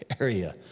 area